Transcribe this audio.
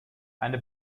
eine